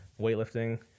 weightlifting